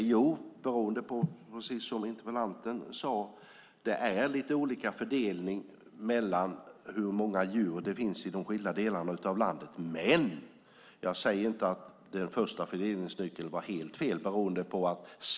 Jo, det gjorde vi eftersom det, precis som interpellanten sade, är lite olika fördelning när det gäller hur många djur det finns i de skilda delarna av landet. Men jag säger inte att den första fördelningsnyckeln var helt fel.